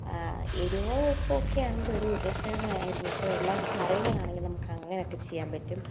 എരിവോ ഉപ്പോ ഒക്കെയാണെങ്കിൽ ഒരു ഉരുള കിഴങ്ങ് അരിഞ്ഞിട്ട് വല്ല കറികളാണെങ്കിൽ നമുക്ക് അങ്ങനെയൊക്കെ ചെയ്യാൻ പറ്റും